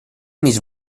mis